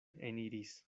eniris